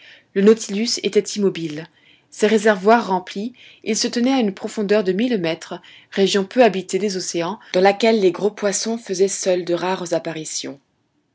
le nautilus était immobile ses réservoirs remplis il se tenait à une profondeur de mille mètres région peut habitée des océans dans laquelle les gros poissons faisaient seuls de rares apparitions